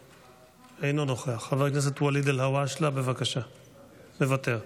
חבר הכנסת וליד אלהואשלה, מוותר.